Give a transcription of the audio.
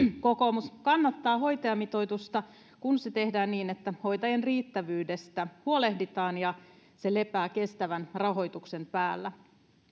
kokoomus kannattaa hoitajamitoitusta kun se tehdään niin että hoitajien riittävyydestä huolehditaan ja se lepää kestävän rahoituksen päällä